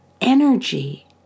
energy